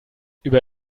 über